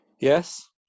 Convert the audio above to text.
yes